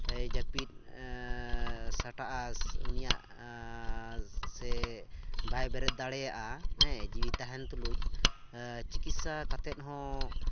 ᱡᱟᱹᱯᱤᱫ ᱥᱟᱴᱟᱜᱼᱟ ᱩᱱᱤᱭᱟᱜ ᱥᱮ ᱵᱟᱭ ᱵᱮᱨᱮᱫ ᱫᱟᱲᱮᱭᱟᱜᱼᱟ ᱦᱮᱸ ᱡᱤᱣᱤ ᱛᱟᱦᱮᱱ ᱛᱩᱞᱩᱡ ᱪᱤᱠᱤᱛᱥᱟ ᱠᱟᱛᱮ ᱦᱚᱸ